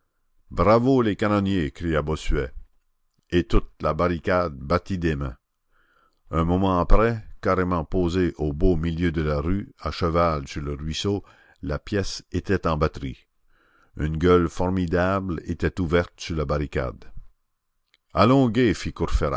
bravo les canonniers cria bossuet et toute la barricade battit des mains un moment après carrément posée au beau milieu de la rue à cheval sur le ruisseau la pièce était en batterie une gueule formidable était ouverte sur la barricade